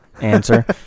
answer